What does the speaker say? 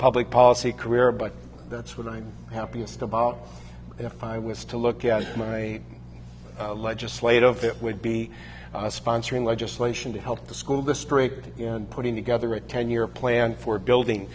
public policy career but that's what i'm happiest about if i was to look at my legislative that would be sponsoring legislation to help the school district and putting together a ten year plan for building